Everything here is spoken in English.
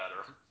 better